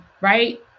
right